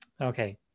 Okay